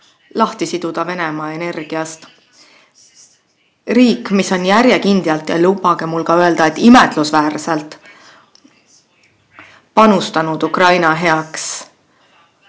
lahti Venemaa energiast. Riik, mis on järjekindlalt – ja lubage mul öelda: imetlusväärselt – panustanud Ukraina heaks